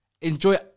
enjoy